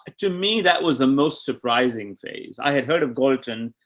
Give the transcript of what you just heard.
to me, that was the most surprising phase. i had heard of galten,